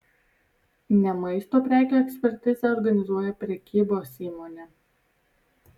ne maisto prekių ekspertizę organizuoja prekybos įmonė